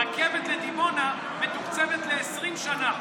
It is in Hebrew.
רכבת לדימונה מתוקצבת ל-20 שנה.